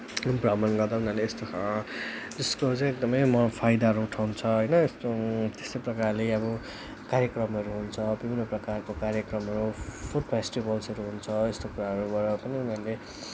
जुन भ्रमण गर्दा उनीहरूले यस्तो त्यस्तोहरू चाहिँ एकदमै म फाइदाहरू उठाउँछ होइन यस्तो त्यस्तो प्रकारले अब कार्यक्रमहरू हुन्छ विभिन्न प्रकारको कार्यक्रमहरू फुड फेस्टिभल्सहरू हुन्छ यस्तो कुराहरूबाट पनि उनीहरूले